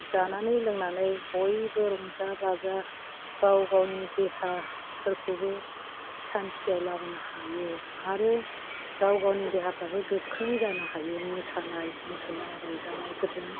जानानै लोंनानै बयबो रंजा बाजा गाव गावनि देहाफोरखौबो सान्थियाव लाबोनो हायो आरो गाव गावनि देहाफ्राबो गोख्रों जानो हायो मोसानाय मुसुरनाय रंजानायफोरजों